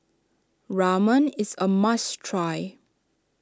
Ramen is a must try